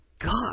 God